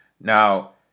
Now